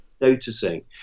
noticing